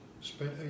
spent